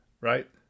right